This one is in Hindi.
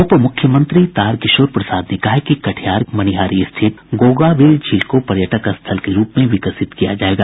उपमुख्यमंत्री तारकिशोर प्रसाद ने कहा है कि कटिहार के मनिहारी स्थित गोगाबिल झील को पर्यटक स्थल के रूप में विकसित किया जायेगा